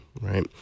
right